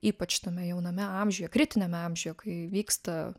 ypač tame jauname amžiuje kritiniame amžiuje kai vyksta